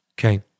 Okay